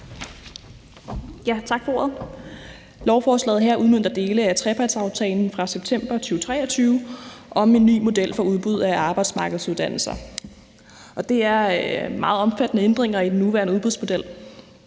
Tak for ordet. Lovforslaget her udmønter dele af trepartsaftalen fra september 2023 om en ny model for udbud af arbejdsmarkedsuddannelser, og der er tale om meget omfattende ændringer i den nuværende udbudsmodel.